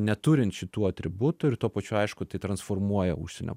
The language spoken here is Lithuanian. neturint šitų atributų ir tuo pačiu aišku tai transformuoja užsienio